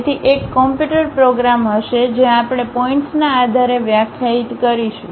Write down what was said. તેથી એક computer program હશે જ્યાં આપણે પોઇન્ટ્સના આધારે વ્યાખ્યાયિત કરીશું